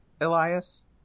Elias